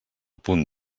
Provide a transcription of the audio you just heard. punt